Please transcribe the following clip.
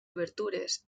obertures